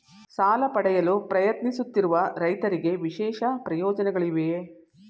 ಸಾಲ ಪಡೆಯಲು ಪ್ರಯತ್ನಿಸುತ್ತಿರುವ ರೈತರಿಗೆ ವಿಶೇಷ ಪ್ರಯೋಜನಗಳಿವೆಯೇ?